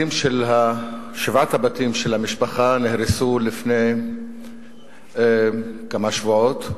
שבעת הבתים של המשפחה נהרסו לפני כמה שבועות.